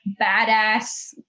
badass